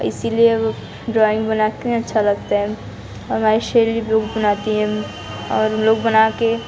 इसीलिए वो ड्राॅइंग बना के अच्छा लगता है और हमारे बनाती हैं और लोग बना के